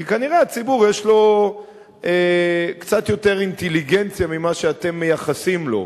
כי כנראה הציבור יש לו קצת יותר אינטליגנציה ממה שאתם מייחסים לו.